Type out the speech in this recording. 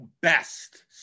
best